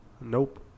Nope